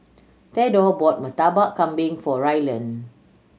Thedore bought Murtabak Kambing for Rylan